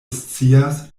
scias